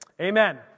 Amen